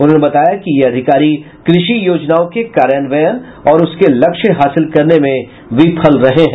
उन्होंने बताया कि ये अधिकारी कृषि योजनाओं के कार्यान्वयन और उसका लक्ष्य हासिल करने में विफल रहे हैं